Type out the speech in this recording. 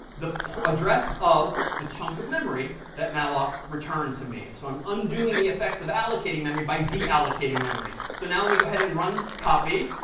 the address of the chunk of memory that malloc returned to me. so i'm undoing the effects of allocating memory by de-allocating memory. so now let me go ahead and run copy.